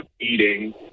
eating